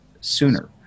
sooner